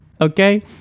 okay